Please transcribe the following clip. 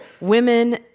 Women